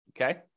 Okay